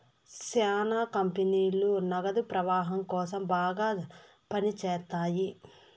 శ్యానా కంపెనీలు నగదు ప్రవాహం కోసం బాగా పని చేత్తాయి